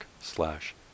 slash